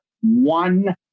one